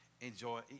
Enjoy